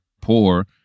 poor